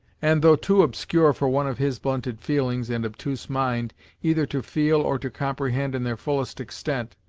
and, though too obscure for one of his blunted feelings and obtuse mind either to feel or to comprehend in their fullest extent,